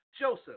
Joseph